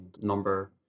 number